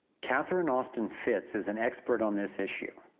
catherine austin fitts is an expert on this issue.